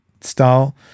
style